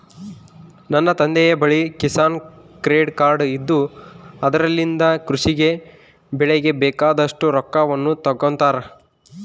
ನನ್ನ ತಂದೆಯ ಬಳಿ ಕಿಸಾನ್ ಕ್ರೆಡ್ ಕಾರ್ಡ್ ಇದ್ದು ಅದರಲಿಂದ ಕೃಷಿ ಗೆ ಬೆಳೆಗೆ ಬೇಕಾದಷ್ಟು ರೊಕ್ಕವನ್ನು ತಗೊಂತಾರ